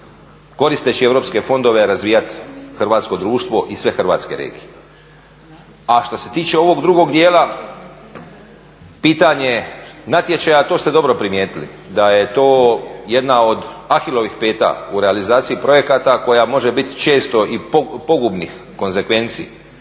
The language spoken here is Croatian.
koristeći europske fondove razvijati hrvatsko društvo i sve hrvatske regije. A što se tiče ovog drugog dijela, pitanje natječaja, to ste dobro primijetili da je to jedna od ahilovih peta u realizaciji projekata koja može često i pogubnih konsekvenci i